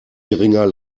geringer